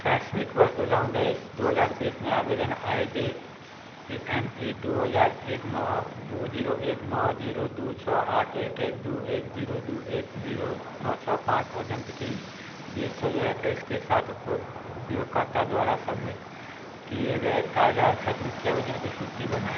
शैक्षणिक वर्ष दो हजार उन्नीस दो हजार बीस में आवेदन आई डी एम ई दो हजार एक नौ दो जीरो एक नौ जीरो दो छः आठ एक एक दो एक जीरो दो एक जीरो नौ छः पाँच और जन्म तिथि बीस छः दो हजार इक्कीस के साथ उपयोगकर्ता द्वारा सबमिट किए गए ताज़ा छात्रवृत्ति आवेदन की सूची बनाएँ